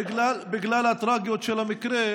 בגלל הטרגיות של המקרה,